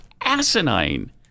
asinine